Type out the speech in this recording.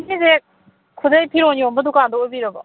ꯁꯤꯁꯦ ꯈꯨꯗꯩ ꯐꯤꯔꯣꯟ ꯌꯣꯟꯕ ꯗꯨꯀꯥꯟꯗꯨ ꯑꯣꯏꯕꯤꯔꯕꯣ